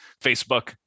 Facebook